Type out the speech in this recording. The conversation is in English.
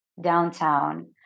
downtown